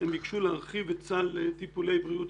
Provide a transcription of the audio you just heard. הם ביקשו להרחיב את סל טיפולי בריאות